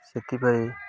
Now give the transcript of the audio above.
ସେଥିପାଇଁ